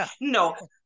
No